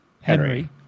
Henry